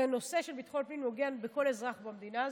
זה נושא של ביטחון פנים והוא נוגע בכל אזרח במדינה הזאת.